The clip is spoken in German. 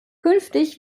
künftig